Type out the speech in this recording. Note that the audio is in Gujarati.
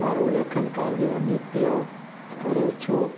મારું લેખનકાર્ય નિત્ય કરું છું